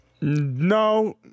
No